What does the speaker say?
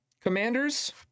Commanders